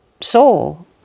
soul